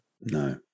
No